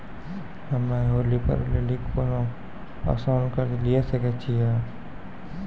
हम्मय होली पर्व लेली कोनो आसान कर्ज लिये सकय छियै?